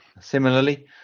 similarly